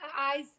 eyes